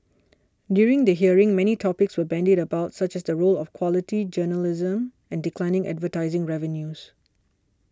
during the hearing many topics were bandied about such as the role of quality journalism and declining advertising revenues